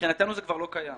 מבחינתנו זה כבר לא קיים,